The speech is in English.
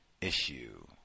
issue